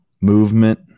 movement